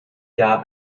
jahr